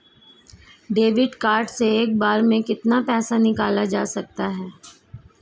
Debit card से एक बार में कितना पैसा निकाला जा सकता है?